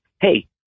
hey